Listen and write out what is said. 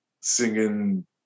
Singing